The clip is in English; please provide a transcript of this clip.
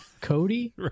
Cody